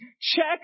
check